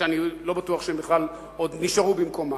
שאני לא בטוח שהם בכלל עוד נשארו במקומם,